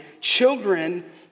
children